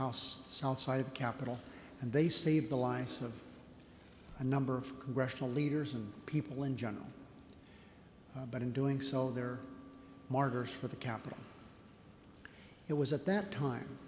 house outside of capitol and they saved the life of a number of congressional leaders and people in general but in doing so they're martyrs for the capitol it was at that time